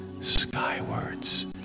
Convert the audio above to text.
skywards